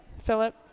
Philip